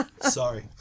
Sorry